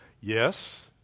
Yes